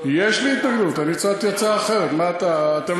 אין לו התנגדות לוועדת המדע.